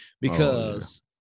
because-